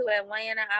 Atlanta